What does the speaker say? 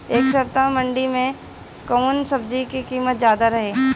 एह सप्ताह मंडी में कउन सब्जी के कीमत ज्यादा रहे?